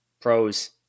pros